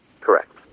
Correct